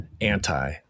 anti